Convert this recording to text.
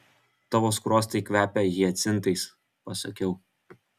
tavo skruostai kvepia hiacintais pasakiau